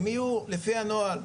הם יהיו לפי הנוהל.